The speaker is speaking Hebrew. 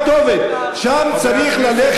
המדיניות והממשלה הן הכתובת, שם צריך ללכת,